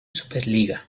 superliga